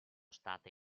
state